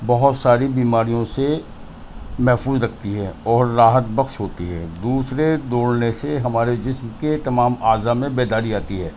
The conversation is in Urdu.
بہت ساری بیماریوں سے محفوظ رکھتی ہے اور راحت بخش ہوتی ہے دوسرے دوڑنے سے ہمارے جسم کے تمام اعضا میں بیداری آتی ہے